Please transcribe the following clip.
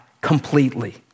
completely